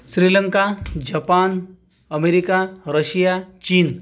श्रीलंका जपान America Russia चीन